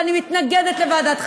ואני מתנגדת לוועדת חקירה,